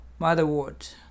motherwort